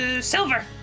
Silver